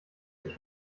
ich